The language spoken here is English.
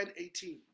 18